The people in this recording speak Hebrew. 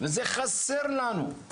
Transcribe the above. וזה חסר לנו,